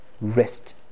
rest